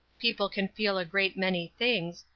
people can feel a great many things,